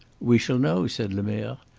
we shall know, said lemerre.